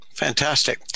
Fantastic